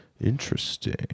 Interesting